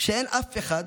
שאין אף אחד